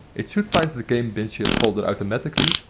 it should find the the games binship folder automatically.